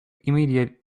immediate